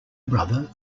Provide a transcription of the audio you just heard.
brother